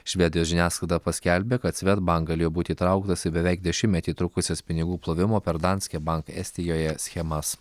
švedijos žiniasklaida paskelbė kad svedbank galėjo būti įtrauktas į beveik dešimtmetį trukusias pinigų plovimo per danske bank estijoje schemas